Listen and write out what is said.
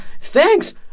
thanks